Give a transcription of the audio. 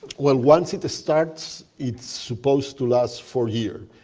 well, once it starts, it's supposed to last four years.